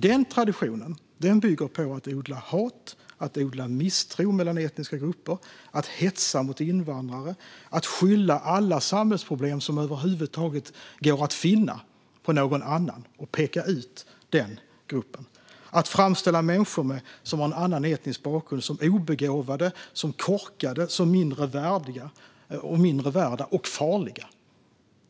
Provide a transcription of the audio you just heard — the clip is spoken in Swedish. Den traditionen bygger på att odla hat, att odla misstro mellan etniska grupper, att hetsa mot invandrare, att skylla alla samhällsproblem som över huvud taget går att finna på någon annan och på att peka ut den gruppen samt på att framställa människor som har en annan etnisk bakgrund som obegåvade, som korkade, som mindre värda och som farliga.